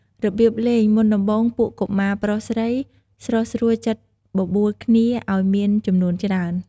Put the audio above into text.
របៀបលេង មុនដំបូង ពួកកុមារប្រុសស្រី ស្រុះស្រួលចិត្តបបួលគ្នាឲ្យមានចំនួនច្រើន។